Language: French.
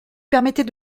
permettait